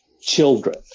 children